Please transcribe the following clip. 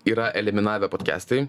yra eliminavę podkestai